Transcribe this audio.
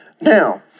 Now